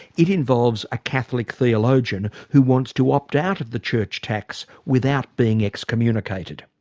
it involves a catholic theologian who wants to opt out of the church tax without being excommunicated.